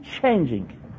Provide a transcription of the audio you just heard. changing